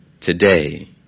today